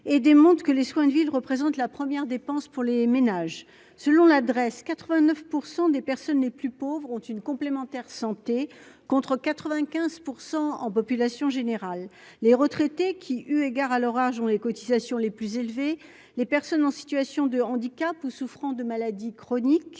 et démontre que les soins de ville représente la première dépenses pour les ménages selon l'adresse 89 % des personnes les plus pauvres ont une complémentaire santé contre 95 % en population générale, les retraités qui, eu égard à l'orage on les cotisations, les plus élevés, les personnes en situation de handicap ou souffrant de maladies chroniques,